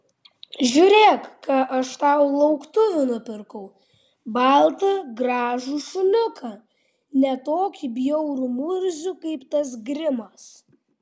žiūrėk ką aš tau lauktuvių nupirkau baltą gražų šuniuką ne tokį bjaurų murzių kaip tas grimas